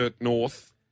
North